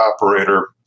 operator